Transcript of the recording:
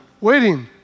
waiting